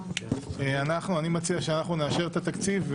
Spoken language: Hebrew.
אני מציע שנאשר את התקציב,